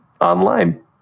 online